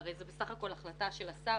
הרי זאת בסך הכול החלטה של השר.